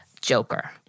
Joker